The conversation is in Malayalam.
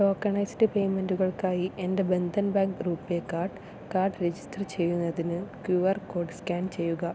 ടോക്കണൈസ്ഡ് പേയ്മെന്റുകൾക്കായി എൻ്റെ Bandhan bank RuPay card card register ചെയ്യുന്നതിന് ക്യൂ ആർ കോഡ് സ്കാൻ ചെയ്യുക